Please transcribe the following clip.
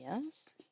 Yes